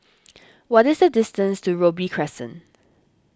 what is the distance to Robey Crescent